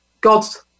God's